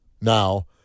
now